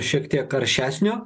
šiek tiek aršesnio